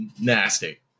nasty